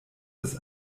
des